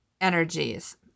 energies